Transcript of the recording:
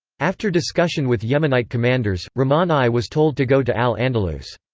after discussion with yemenite commanders, rahman i was told to go to al-andalus.